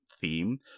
theme